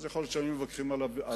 אז יכול להיות שהיינו מתווכחים על הקיזוז,